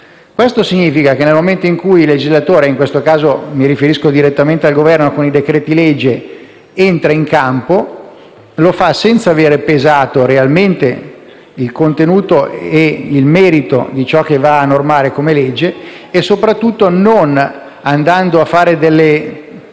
Questo significa che nel momento in cui il legislatore - in questo caso mi riferisco direttamente al Governo, con i decreti-legge - entra in campo, lo fa senza aver pesato realmente il contenuto ed il merito di ciò che va a normare con legge e soprattutto non andando a fare delle